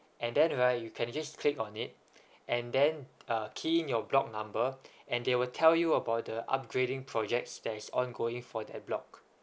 and then right you can just click on it and then uh key in your block number and they will tell you about the upgrading projects that is ongoing for their block